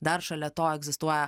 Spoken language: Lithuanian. dar šalia to egzistuoja